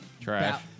Trash